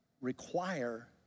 require